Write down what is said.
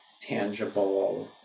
tangible